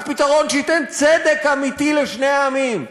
רק פתרון שייתן צדק אמיתי לשני העמים,